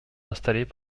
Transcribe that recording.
installés